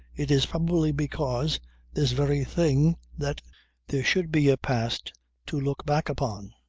it is probably because this very thing that there should be a past to look back upon,